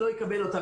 שלא יקבל אותה.